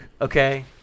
okay